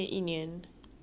mmhmm